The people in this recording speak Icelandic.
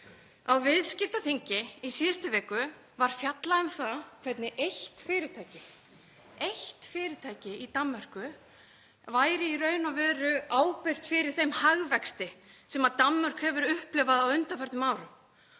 Á Viðskiptaþingi í síðustu viku var fjallað um það hvernig eitt fyrirtæki í Danmörku væri í raun og veru ábyrgt fyrir þeim hagvexti sem Danmörk hefur upplifað á undanförnum árum.